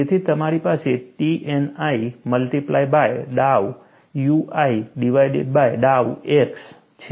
તેથી મારી પાસે Tni multiply by dow ui divided by dow x છે